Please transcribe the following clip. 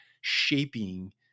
shaping